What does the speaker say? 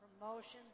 promotions